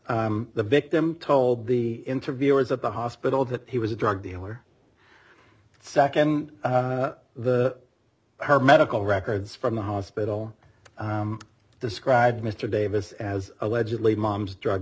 the victim told the interviewers at the hospital that he was a drug dealer second the her medical records from the hospital described mr davis as allegedly mom's drug